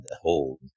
hold